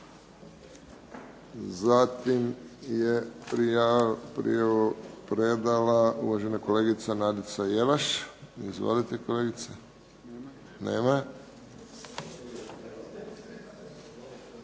Zatim je prijavu predala uvažena kolegica Nadica Jelaš. Izvolite kolegice. Nema